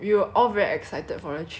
going to korea so